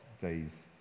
days